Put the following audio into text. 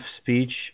speech